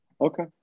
Okay